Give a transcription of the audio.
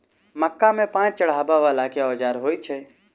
मक्का केँ पांति चढ़ाबा वला केँ औजार होइ छैय?